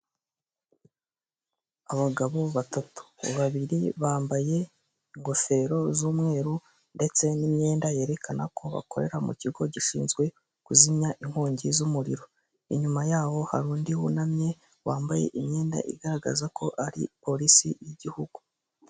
Abagabo batatu. Babiri bambaye ingofero z'umweru ndetse n'imyenda yerekana ko bakorera mu kigo gishinzwe kuzimya inkongi z'umuriro. Inyuma yaho hari undi wunamye wambaye imyenda igaragaza ko ari Polisi y'igihugu.